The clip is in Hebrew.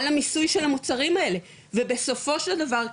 על המיסוי של המוצרים האלה ובסופו של דבר,